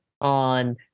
on